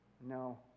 No